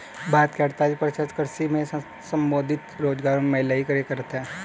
भारत के अड़तालीस प्रतिशत कृषि से संबंधित रोजगारों में महिलाएं ही कार्यरत हैं